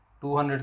200